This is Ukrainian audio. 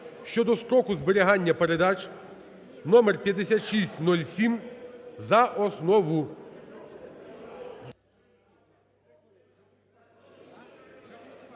щодо строку зберігання передач (№ 5607) за основу.